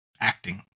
acting